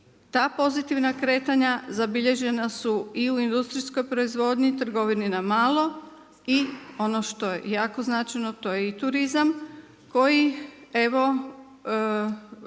ta pozitivna kretanja zabilježena su i u industrijskoj proizvodnji, trgovini na malo i ono što je jako značajno to je i turizam koji evo